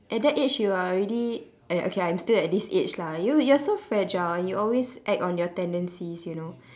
at that age you are already at okay I'm still at this age lah you you're so fragile and you always act on your tendencies you know